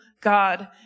God